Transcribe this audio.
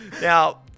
Now